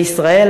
ובישראל,